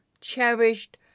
cherished